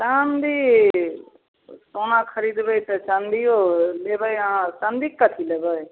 चाँदी सोना खरिदबै तऽ चाँदिओ लेबै अहाँ चाँदीके कथी लेबै